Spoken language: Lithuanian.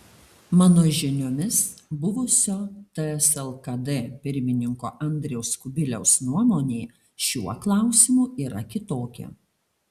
mano žiniomis buvusio ts lkd pirmininko andriaus kubiliaus nuomonė šiuo klausimu yra kitokia